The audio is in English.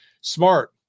Smart